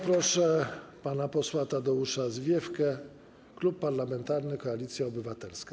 Proszę pana posła Tadeusza Zwiefkę, Klub Parlamentarny Koalicja Obywatelska.